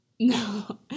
No